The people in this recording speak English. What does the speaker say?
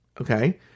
Okay